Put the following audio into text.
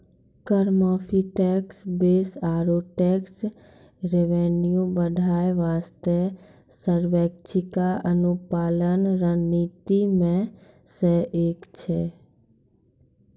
कर माफी, tax base आरो टैक्स रेवेन्यू बढ़ाय बासतें स्वैछिका अनुपालन रणनीति मे सं एक छै